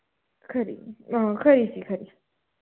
खरी हां खरी जी खरी